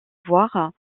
voire